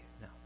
No